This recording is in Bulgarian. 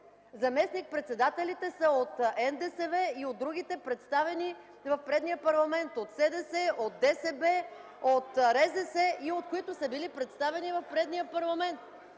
заместник-председателите са от НДСВ и другите представени в предния парламент – от СДС, от ДСБ, от РЗС и от които са били представени в предния парламент.